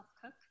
Cook